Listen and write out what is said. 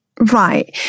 Right